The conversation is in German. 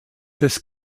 des